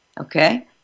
Okay